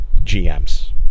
GMs